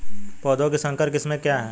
पौधों की संकर किस्में क्या हैं?